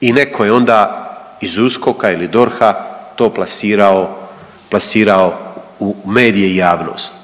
I netko je onda iz USKOK-a ili DORH-a to plasirao u medije i javnost.